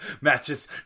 matches